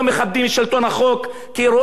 כי רואים מה שנעשה יום-יום,